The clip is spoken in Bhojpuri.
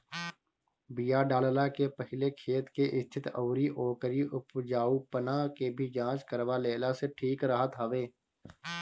बिया डालला के पहिले खेत के स्थिति अउरी ओकरी उपजाऊपना के भी जांच करवा लेहला से ठीक रहत हवे